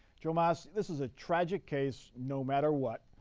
joe mas, this is a tragic case, no matter what.